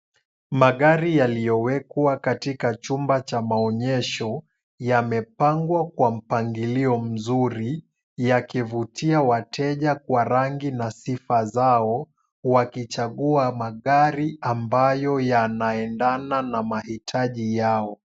Magari yaliyowekwa katika chumba cha maonyesho, yamepangwa kwa mpangilio mzuri, yakivutia wateja kwa rangi na sifa zao, wakichagua magari ambayo yanaendana na mahitaji yao.